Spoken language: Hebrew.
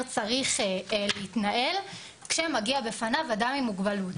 צריך להתנהל כשמגיע בפניו אדם עם מוגבלות.